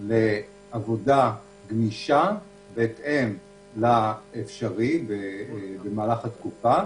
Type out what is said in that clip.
לעבודה גמישה בהתאם לאפשרי במהלך התקופה,